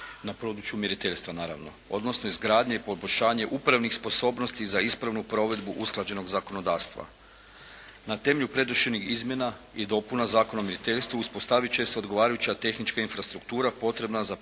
na području mjeriteljstva naravno, odnosno izgradnje i poboljšanje upravnih sposobnosti za ispravnu provedbu usklađenog zakonodavstva. Na temelju predloženih izmjena i dopuna Zakona o mjeriteljstvu uspostavit će odgovarajuća tehnička infrastruktura potrebna za provedbu